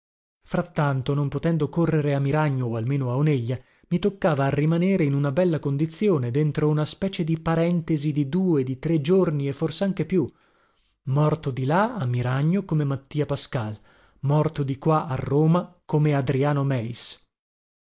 frattanto non potendo correre a miragno o almeno a oneglia mi toccava a rimanere in una bella condizione dentro una specie di parentesi di due di tre giorni e forsanche più morto di là a miragno come mattia pascal morto di qua a roma come adriano meis